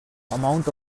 amount